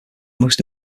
most